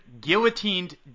guillotined